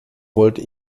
wollte